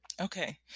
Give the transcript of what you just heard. Okay